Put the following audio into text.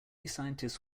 scientists